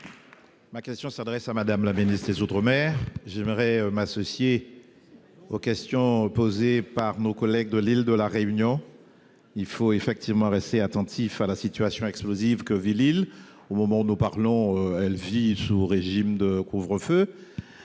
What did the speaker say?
Ma question s'adresse à Mme la ministre des outre-mer. J'aimerais m'associer aux questions posées par nos collègues de l'île de la Réunion. Il faut effectivement rester attentif à la situation explosive que vit l'île, qui est, au moment où nous parlons, sous le régime d'un couvre-feu.